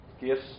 gifts